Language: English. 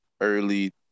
early